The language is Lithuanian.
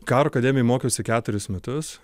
karo akademijoj mokiausi keturis metus